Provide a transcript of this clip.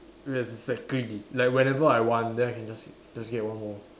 exactly like whenever I want then I can just just get one more